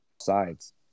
sides